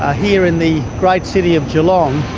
ah here in the great city of geelong,